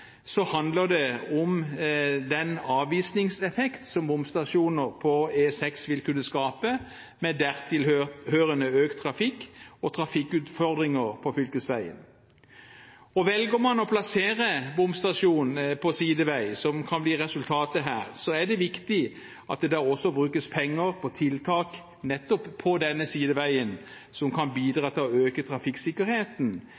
så langt det er mulig, unngås. Når en likevel her åpner for å kunne gjøre det på fv. 84, handler det om den avvisningseffekt som bomstasjoner på E6 vil kunne skape med dertil hørende økt trafikk og trafikkutfordringer på fylkesveien. Velger man å plassere bomstasjoner på sideveier, som kan bli resultatet her, er det viktig at det også brukes penger på tiltak nettopp på